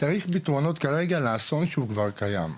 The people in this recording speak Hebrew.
צריך פתרונות כרגע לאסון שהוא כבר קיים.